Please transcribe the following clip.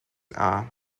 are